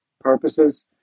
purposes